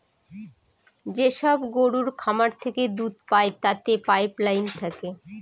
যেসব গরুর খামার থেকে দুধ পায় তাতে পাইপ লাইন থাকে